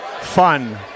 Fun